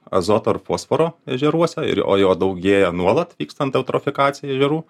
azoto ir fosforo ežeruose ir j o jo daugėja nuolat vykstant eutrofikacijai ežerų